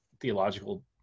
theological